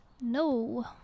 No